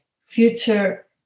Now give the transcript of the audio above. future